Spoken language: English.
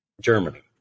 Germany